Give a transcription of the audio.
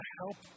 help